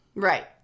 Right